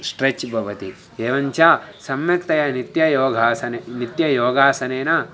stretch भवति एवञ्च सम्यक्तया नित्ययोगासने नित्ययोगासनेन